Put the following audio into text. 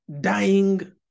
dying